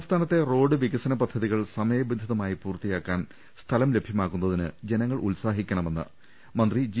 സംസ്ഥാനത്തെ റോഡ് പികസന പദ്ധതികൾ സമയബന്ധിതമായി പൂർത്തി യാക്കാൻ സ്ഥലം ലഭ്യമാക്കുന്നതിന് ജനങ്ങൾ ഉത്സാഹിക്കണമെന്ന് മന്ത്രി ജി